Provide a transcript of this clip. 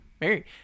Mary